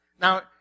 Now